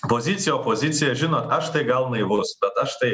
pozicija opozicija žinot aš tai gal naivus bet aš tai